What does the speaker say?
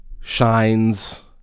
Shines